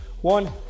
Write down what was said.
one